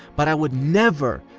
but i would never,